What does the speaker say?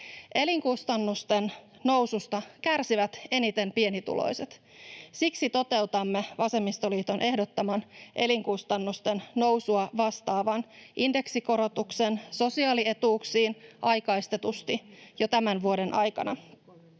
Elinkustannusten noususta kärsivät eniten pienituloiset. Siksi toteutamme vasemmistoliiton ehdottaman elinkustannusten nousua vastaavan indeksikorotuksen sosiaalietuuksiin aikaistetusti jo tämän vuoden aikana.